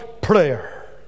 prayer